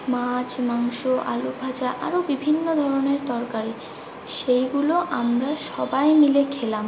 মাছ মাংস আলু ভাজা আরও বিভিন্ন ধরনের তরকারি সেইগুলো আমরা সবাই মিলে খেলাম